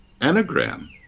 anagram